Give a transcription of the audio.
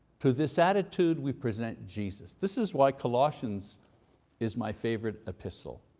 to this attitude we present jesus. this is why colossians is my favorite epistle.